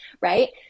right